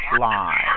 live